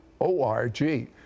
O-R-G